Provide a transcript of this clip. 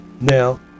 Now